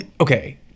okay